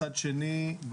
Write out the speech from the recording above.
מצד שני,